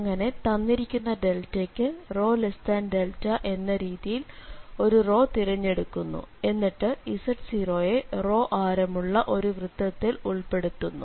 അങ്ങനെ തന്നിരിക്കുന്ന ക്ക് ρδ എന്ന രീതിയിയിൽ ഒരു തിരഞ്ഞെടുക്കുന്നു എന്നിട്ട് z0 നെ ആരമുള്ള ഒരു വൃത്തത്തിൽ ഉൾപ്പെടുത്തുന്നു